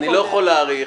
אני לא יכול להאריך.